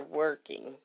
working